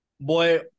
boy